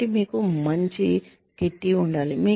కాబట్టి మీకు మంచి కిట్టి ఉండాలి